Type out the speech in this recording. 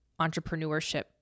entrepreneurship